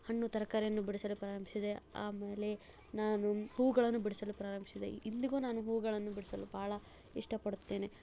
ಹಣ್ಣು ತರಕಾರಿಯನ್ನು ಬಿಡಿಸಲು ಪ್ರಾರಂಭಿಸಿದೆ ಆಮೇಲೆ ನಾನು ಹೂಗಳನ್ನು ಬಿಡಿಸಲು ಪ್ರಾರಂಭಿಸಿದೆ ಇಂದಿಗೂ ನಾನು ಹೂವುಗಳನ್ನು ಬಿಡಿಸಲು ಭಾಳ ಇಷ್ಟಪಡುತ್ತೇನೆ